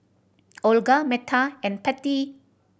Olga Metta and Pattie